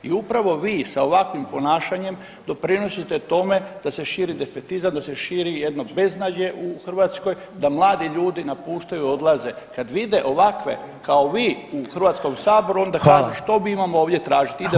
I upravo vi sa ovakvim ponašanjem doprinosite tome da se širi defetizam, da se širi jedno beznađe u Hrvatskoj, da mladi ljudi napuštaju i odlaze kad vide ovakve kao vi u Hrvatskom saboru [[Upadica: Hvala.]] onda što mi imamo ovdje tražiti, idemo van.